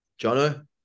Jono